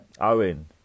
Owen